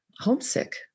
homesick